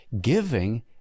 giving